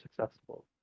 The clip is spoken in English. successful